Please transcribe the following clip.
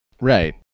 Right